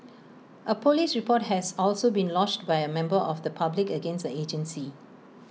A Police report has also been lodged by A member of the public against the agency